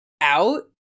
out